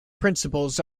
principles